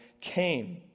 came